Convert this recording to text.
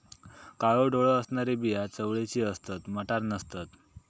काळो डोळो असणारी बिया चवळीची असतत, मटार नसतत